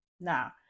now